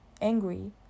angry